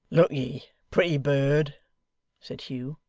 look ye, pretty bird said hugh,